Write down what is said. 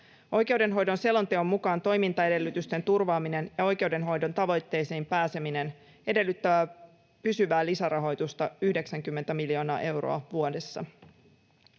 Oikeudenhoidon selonteon mukaan toimintaedellytysten turvaaminen ja oikeudenhoidon tavoitteisiin pääseminen edellyttävät pysyvää lisärahoitusta 90 miljoonaa euroa vuodessa.